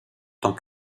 tant